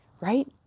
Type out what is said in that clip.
right